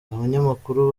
abanyamakuru